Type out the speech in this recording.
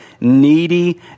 needy